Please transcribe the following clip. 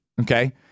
Okay